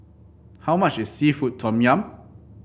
how much is seafood Tom Yum